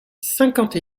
cinquante